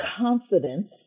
confidence